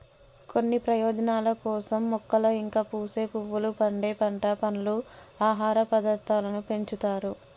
కొన్ని ప్రయోజనాల కోసం మొక్కలు ఇంకా పూసే పువ్వులు, పండే పంట, పండ్లు, ఆహార పదార్థాలను పెంచుతారు